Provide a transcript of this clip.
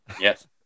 Yes